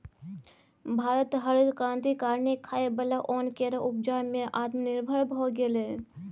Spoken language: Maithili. भारत हरित क्रांति कारणेँ खाइ बला ओन केर उपजा मे आत्मनिर्भर भए गेलै